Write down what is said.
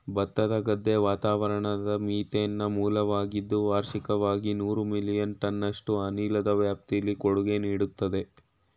ಭತ್ತದ ಗದ್ದೆ ವಾತಾವರಣದ ಮೀಥೇನ್ನ ಮೂಲವಾಗಿದ್ದು ವಾರ್ಷಿಕವಾಗಿ ನೂರು ಮಿಲಿಯನ್ ಟನ್ನಷ್ಟು ಅನಿಲದ ವ್ಯಾಪ್ತಿಲಿ ಕೊಡುಗೆ ನೀಡ್ತದೆ